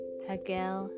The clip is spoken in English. Tagel